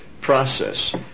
process